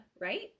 right